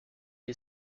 est